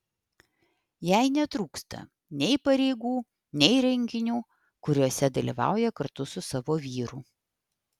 jai netrūksta nei pareigų nei renginių kuriuose dalyvauja kartu su savo vyru